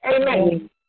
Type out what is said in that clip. Amen